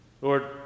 Lord